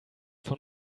von